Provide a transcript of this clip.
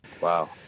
Wow